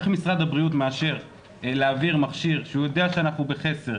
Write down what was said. איך משרד הבריאות מאשר להעביר מכשיר כשהוא יודע שאנחנו בחסר,